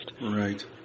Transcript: Right